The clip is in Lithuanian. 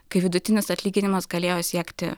kai vidutinis atlyginimas galėjo siekti